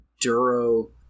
Duro